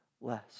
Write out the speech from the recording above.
less